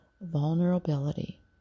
vulnerability